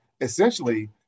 essentially